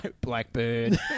Blackbird